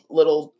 little